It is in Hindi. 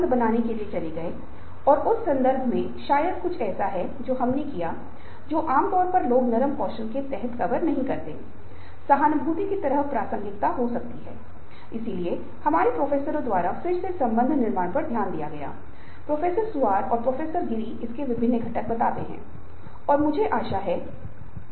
यह मानव के मामले में समानांतर है कि आप पैसे देते हैं व्यक्ति को कुछ चीजें करने के लिए प्रेरित किया जाएगा और वित्तीय इनाम पूरी तरह से प्रेरणा से जुड़ा हुआ है लेकिन उन लोगों के बारे में सोचें मदर थेरेसा महात्मा गांधी जैसे महान प्रेरित लोग एक कारण से प्रेरित थे और वे इसे हासिल करना चाहते थे वे पैसे से प्रेरित नहीं थे